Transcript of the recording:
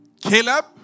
Caleb